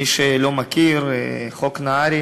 מי שלא מכיר, חוק נהרי,